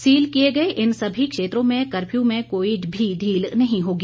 seal किए गए इन सभी क्षेत्रों में कर्फ्यू में कोई भी ढील नहीं होगी